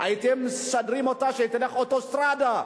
הייתם מסדרים אותה שהיא תלך אוטוסטרדה,